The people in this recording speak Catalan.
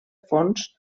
fons